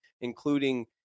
including